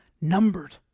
numbered